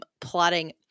plotting